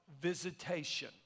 visitation